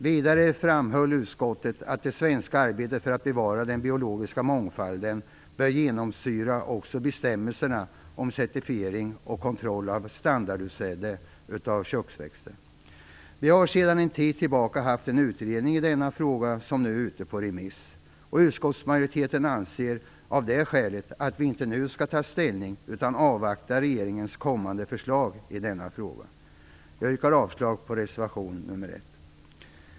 Vidare framhöll utskottet att det svenska arbetet för att bevara den biologiska mångfalden bör genomsyra också bestämmelserna om certifiering och kontroll av standardutsäde av köksväxter. Vi har sedan en tid tillbaka haft en utredning i denna fråga, som nu är ute på remiss. Utskottsmajoriteten anser av det skälet att vi inte nu skall ta ställning utan avvakta regeringens kommande förslag i denna fråga. Jag yrkar avslag på reservation nr 1.